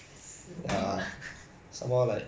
like ah